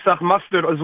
mustard